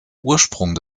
ursprung